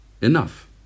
enough